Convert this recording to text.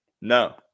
No